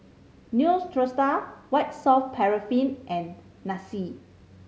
Neostrata White Soft Paraffin and